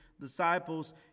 Disciples